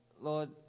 Lord